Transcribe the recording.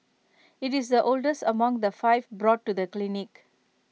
IT is the oldest among the five brought to the clinic